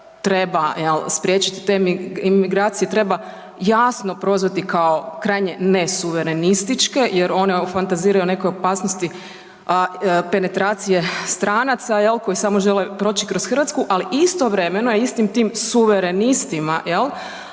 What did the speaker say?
jel', spriječiti te imigracije, treba jasno prozvati kao krajnje nesuverenističke jer one fantaziraju o nekoj opasnosti penetracije stranaca jel', koji samo žele proći kroz Hrvatsku ali istovremeno, a istim tim suverenistima